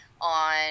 on